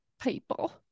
people